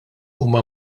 huma